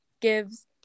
gives